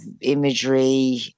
imagery